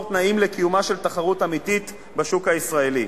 תנאים לקיומה של תחרות אמיתית בשוק הישראלי.